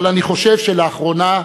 אבל אני חושב שלאחרונה,